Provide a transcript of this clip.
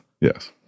Yes